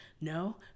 no